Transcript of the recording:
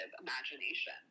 imagination